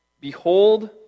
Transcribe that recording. Behold